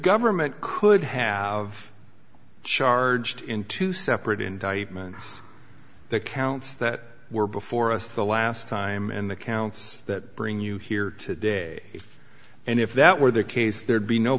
government could have charged in two separate indictments that counts that were before us the last time and the counts that bring you here today and if that were the case there'd be no